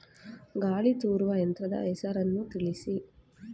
ಗಾಳಿ ತೂರುವ ಯಂತ್ರದ ಹೆಸರನ್ನು ತಿಳಿಸಿ?